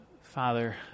Father